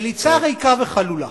מליצה ריקה וחלולה.